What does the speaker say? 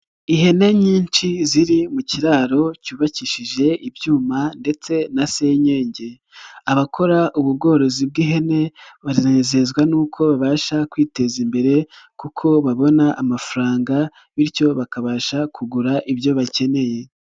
Ihene nyinshi ziri mu kiraro cyubakishije ibyuma ndetse na senyenge, abakora ubu bworozi bw'ihene banezezwa n'uko babasha kwiteza imbere kuko babona amafaranga, bityo bakabasha kugura ibyo bakeneye.